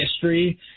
history